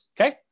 okay